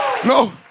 No